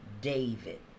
David